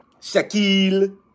Shaquille